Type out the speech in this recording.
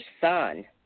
son